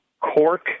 cork